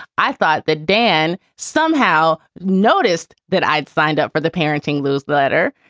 i thought that dan somehow noticed that i had signed up for the parenting lose letter.